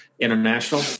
international